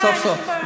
אוה, סוף-סוף.